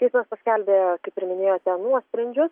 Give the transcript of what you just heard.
teismas paskelbė kaip ir minėjote nuosprendžius